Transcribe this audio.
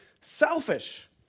selfish